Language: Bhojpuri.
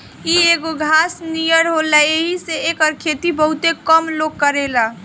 इ एगो घास नियर होला येही से एकर खेती बहुते कम लोग करेला